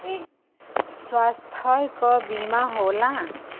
स्वास्थ्य क बीमा होला